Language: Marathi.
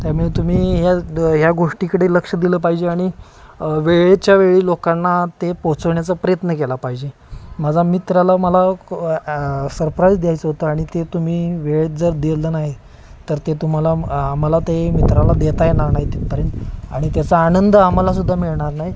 त्यामुळे तुम्ही ह्या द ह्या गोष्टीकडे लक्ष दिलं पाहिजे आणि वेळेच्या वेळी लोकांना ते पोचवण्याचा प्रयत्न केला पाहिजे माझा मित्राला मला सरप्राईज द्यायचं होतं आणि ते तुम्ही वेळेत जर दिलं नाही तर ते तुम्हाला आम्हाला ते मित्राला देता येणार नाही आणि त्याचा आनंद आम्हालासुद्धा मिळणार नाही